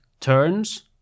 turns